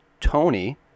Tony